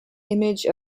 image